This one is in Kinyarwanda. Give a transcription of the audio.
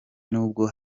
nubwo